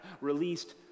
released